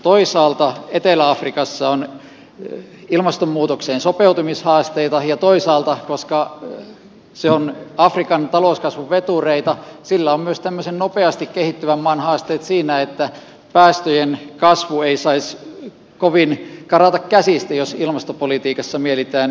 toisaalta etelä afrikassa on ilmastonmuutokseen sopeutumishaasteita ja toisaalta koska se on afrikan talouskasvun vetureita sillä on myös tämmöisen nopeasti kehittyvän maan haasteet siinä että päästöjen kasvu ei saisi kovin karata käsistä jos ilmastopolitiikasta mielitään kiinni pitää